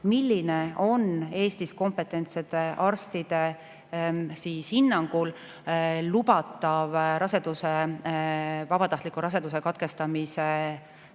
jooksul on Eesti kompetentsete arstide hinnangul lubatav vabatahtlik raseduse katkestamine.